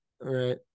Right